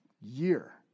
Year